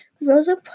Rosa